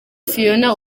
fiona